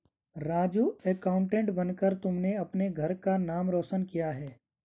Raju accountant बनकर तुमने अपने घर का नाम रोशन किया है